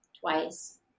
twice